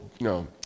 no